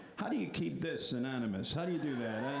how do you keep this anonymous? how do you do that?